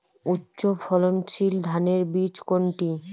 উচ্চ ফলনশীল ধানের বীজ কোনটি?